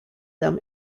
them